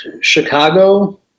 Chicago